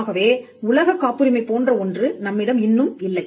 ஆகவே உலக காப்புரிமை போன்ற ஒன்று நம்மிடம் இன்னும் இல்லை